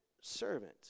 Servant